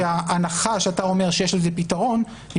שההנחה שאתה אומר שיש לזה פתרון היא